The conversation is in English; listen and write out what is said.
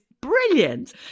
Brilliant